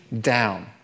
down